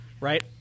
right